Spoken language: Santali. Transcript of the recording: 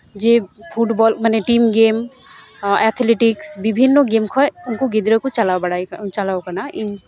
ᱡᱮ ᱯᱷᱩᱴᱵᱚᱞ ᱢᱟᱱᱮ ᱴᱤᱢ ᱜᱮᱢ ᱮᱛᱷᱞᱮᱴᱤᱠᱤᱥ ᱵᱤᱵᱷᱤᱱᱱᱚ ᱜᱮᱢ ᱠᱷᱚᱡ ᱩᱱᱠᱚ ᱜᱤᱫᱽᱨᱟᱹ ᱠᱚ ᱪᱟᱞᱟᱣ ᱵᱟᱲᱟᱣ ᱠᱟᱱᱟ ᱪᱟᱞᱟᱣ ᱠᱟᱱᱟ ᱤᱧ